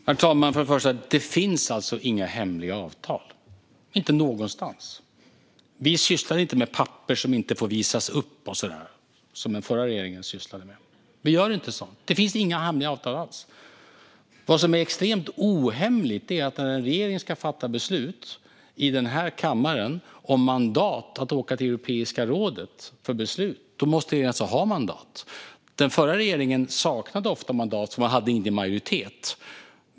Herr talman! För det första: Det finns inga hemliga avtal, inte någonstans. Vi sysslar inte med papper som inte får visas upp och så där, som den förra regeringen sysslade med. Vi gör inte sådant. Det finns inga hemliga avtal alls. Vad som är extremt ohemligt är att när en regering ska fatta beslut i den här kammaren om mandat att åka till Europeiska rådet för beslut måste regeringen ha mandat. Den förra regeringen saknade ofta mandat, för man hade ingen majoritet.